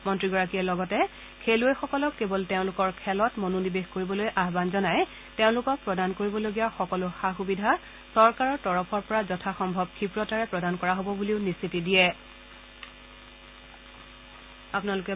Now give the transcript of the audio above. মন্ত্ৰীগৰাকীয়ে লগতে খেলুৱৈসকলক কেৱল তেওঁলোকৰ খেলত মনোনিৱেশ কৰিবলৈ আহান জনাই তেওঁলোকক প্ৰদান কৰিবলগীয়া সকলো সা সুবিধা চৰকাৰৰ তৰফৰ পৰা যথা সম্ভৱ ক্ষীপ্ৰতাৰে প্ৰদান কৰা হ'ব বুলি নিশ্চিতি দিয়ে